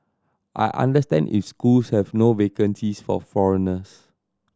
I understand if schools have no vacancies for foreigners